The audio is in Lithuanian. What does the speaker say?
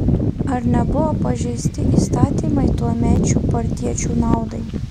ar nebuvo pažeisti įstatymai tuomečių partiečių naudai